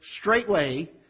straightway